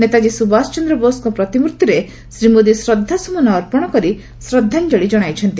ନେତାଜ୍ଞୀ ସୁବାସ ଚନ୍ଦ୍ର ବୋଷଙ୍କ ପ୍ରତିମୂର୍ତ୍ତିରେ ପ୍ରଧାନମନ୍ତ୍ରୀ ଶ୍ରଦ୍ଧାସୁମନ ଅର୍ପଣ କରି ଶ୍ରଦ୍ଧାଞ୍ଚଳି ଜଣାଇଛନ୍ତି